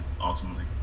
ultimately